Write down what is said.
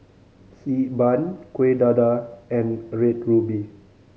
Xi Ban Kueh Dadar and Red Ruby